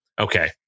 okay